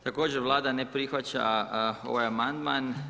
Također vlada ne prihvaća ovaj amandman.